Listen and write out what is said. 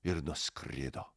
ir nuskrido